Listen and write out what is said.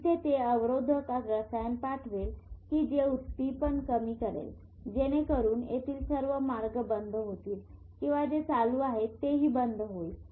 इथे ते अवरोधक रसायन पाठवेल कि जे उद्दीपन कमी करेल जेजेणेकरून येथील सर्व मार्ग बंद होतील किंवा जे चालू आहेत तेही बंद होईल